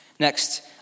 Next